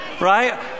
right